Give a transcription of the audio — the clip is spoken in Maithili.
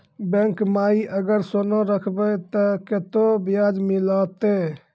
बैंक माई अगर सोना राखबै ते कतो ब्याज मिलाते?